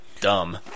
dumb